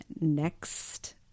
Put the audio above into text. next